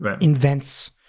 invents